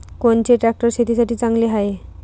कोनचे ट्रॅक्टर शेतीसाठी चांगले हाये?